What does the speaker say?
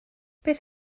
beth